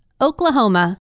Oklahoma